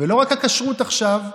ולא רק הכשרות עכשיו,